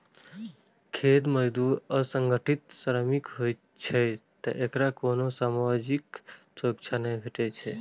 खेत मजदूर असंगठित श्रमिक होइ छै, तें एकरा कोनो सामाजिक सुरक्षा नै भेटै छै